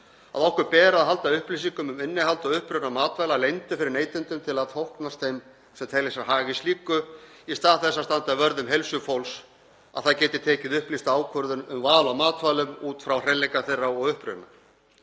að okkur beri að halda upplýsingum um innihald og uppruna matvæla leyndum fyrir neytendum til að þóknast þeim sem telja sér hag í slíku í stað þess að standa vörð um heilsu fólks og það geti tekið upplýsta ákvörðun um val á matvælum út frá hreinleika þeirra og uppruna.